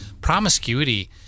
promiscuity